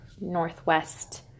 northwest